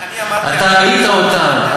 אתה ראית אותם,